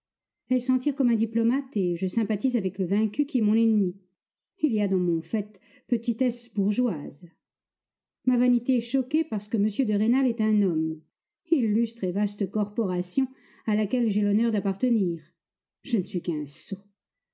elle s'en tire comme un diplomate et je sympathise avec le vaincu qui est mon ennemi il y a dans mon fait petitesse bourgeoise ma vanité est choquée parce que m de rênal est un homme illustre et vaste corporation à laquelle j'ai l'honneur d'appartenir je ne suis qu'un sot